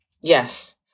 Yes